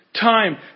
time